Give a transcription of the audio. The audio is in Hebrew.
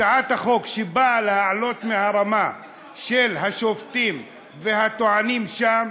הצעת החוק שבאה להעלות מהרמה של השופטים והטוענים שם,